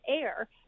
air